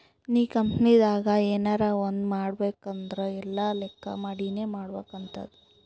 ನೀ ಕಂಪನಿನಾಗ್ ಎನರೇ ಒಂದ್ ಮಾಡ್ಬೇಕ್ ಅಂದುರ್ ಎಲ್ಲಾ ಲೆಕ್ಕಾ ಮಾಡಿನೇ ಮಾಡ್ಬೇಕ್ ಆತ್ತುದ್